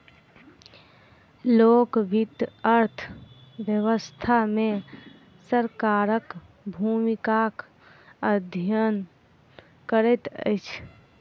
लोक वित्त अर्थ व्यवस्था मे सरकारक भूमिकाक अध्ययन करैत अछि